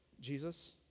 Jesus